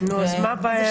אז מה הבעיה?